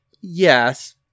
yes